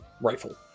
rifle